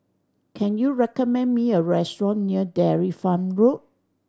can you recommend me a restaurant near Dairy Farm Road